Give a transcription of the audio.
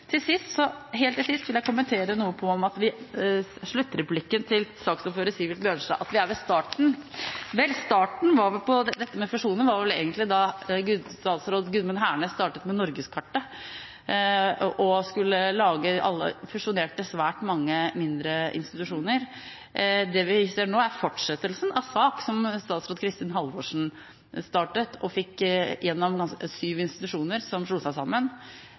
til sist vil jeg kommentere noe til sluttreplikken til saksordføreren, Sivert Bjørnstad, om at vi er ved starten. Vel, starten på dette med fusjoner var vel egentlig da statsråd Gudmund Hernes startet med Norgesnettet og fusjonerte svært mange mindre institusjoner. Det vi ser nå, er fortsettelsen av SAK, som statsråd Kristin Halvorsen startet, og fikk gjennom sju institusjoner som slo seg sammen.